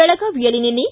ಬೆಳಗಾವಿಯಲ್ಲಿ ನಿನ್ನೆ